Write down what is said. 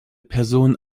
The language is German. person